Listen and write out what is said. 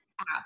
app